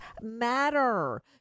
matter